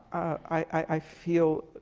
i feel